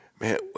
man